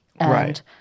Right